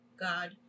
God